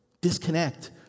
disconnect